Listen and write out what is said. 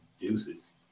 Deuces